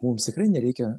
mums tikrai nereikia